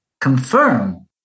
confirm